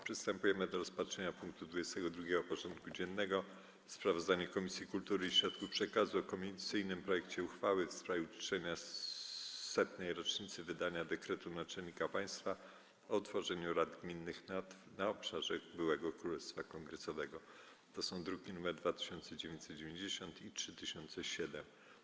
Przystępujemy do rozpatrzenia punktu 22. porządku dziennego: Sprawozdanie Komisji Kultury i Środków Przekazu o komisyjnym projekcie uchwały w sprawie uczczenia 100. rocznicy wydania dekretu Naczelnika Państwa o utworzeniu Rad Gminnych na obszarze b. Królestwa Kongresowego (druki nr 2990 i 3007)